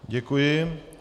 Děkuji.